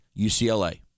UCLA